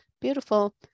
beautiful